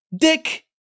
dick